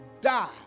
die